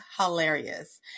Hilarious